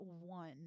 one